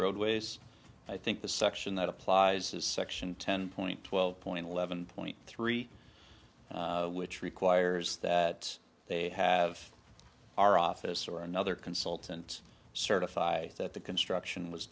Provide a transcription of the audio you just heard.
roadways i think the section that applies is section ten point twelve point lead seven point three which requires that they have our office or another consultant certify that the construction was